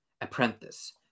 apprentice